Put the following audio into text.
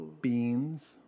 beans